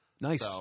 Nice